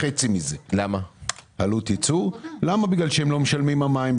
היא בסביבות חצי מזה כי הם לא משלמים על המים,